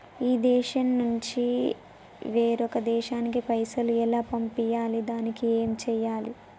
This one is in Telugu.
ఈ దేశం నుంచి వేరొక దేశానికి పైసలు ఎలా పంపియ్యాలి? దానికి ఏం చేయాలి?